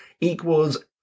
equals